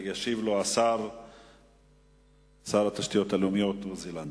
ישיב לו שר התשתיות הלאומיות עוזי לנדאו.